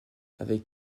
avec